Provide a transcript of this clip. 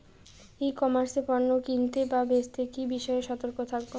E commerce এ পণ্য কিনতে বা বেচতে কি বিষয়ে সতর্ক থাকব?